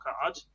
card